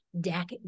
deck